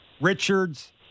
Richards